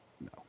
No